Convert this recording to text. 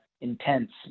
intense